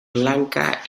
lanka